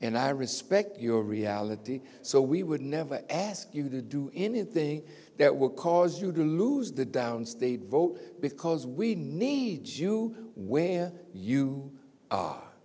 and i respect your reality so we would never ask you to do anything that will cause you to lose the downstate vote because we need you where you a